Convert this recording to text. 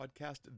Podcast